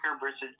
versus